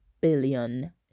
billion